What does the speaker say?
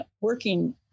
working